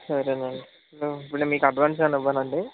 సరే అండి ఇప్పుడు మీకు అడ్వాన్స్ ఏమన్న ఇవ్వాలండి